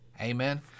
Amen